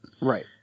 Right